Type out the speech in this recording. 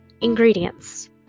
Ingredients